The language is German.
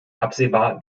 absehbar